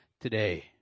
today